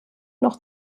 noch